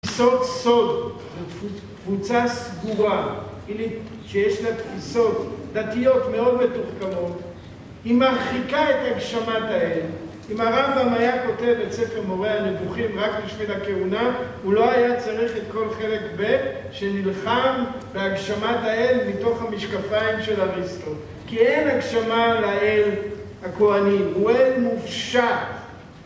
פיסות סוד, קבוצה סגורה, כאילו שיש לך תפיסות דתיות מאוד מתוחכמות. היא מרחיקה את הגשמת האל. אם הרמב״ם היה כותב את ספר מורה הנבוכים רק בשביל הכהונה, הוא לא היה צריך את כל חלק ב', שנלחם להגשמת האל מתוך המשקפיים של אריסטו. כי אין הגשמה לאל הכוהנים, הוא אל מופשט.